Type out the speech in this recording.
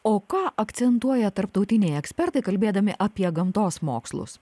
o ką akcentuoja tarptautiniai ekspertai kalbėdami apie gamtos mokslus